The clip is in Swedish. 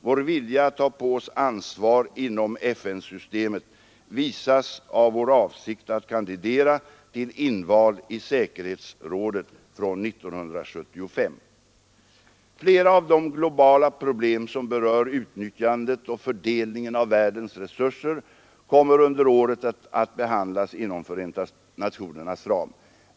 Vår vilja att ta på oss ansvar inom FN-systemet visas av vår avsikt att kandidera till inval i säkerhetsrådet från 1975. Flera av de globala problem, som berör utnyttjandet och fördelningen av världens resurser, kommer under året att behandlas inom Förenta nationernas ram.